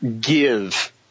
give